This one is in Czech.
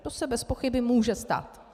To se bezpochyby může stát.